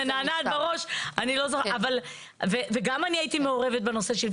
וגם אני הייתי מעורבת בנושא.